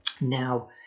Now